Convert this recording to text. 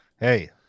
hey